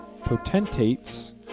potentates